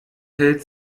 hält